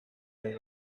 way